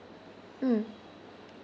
mm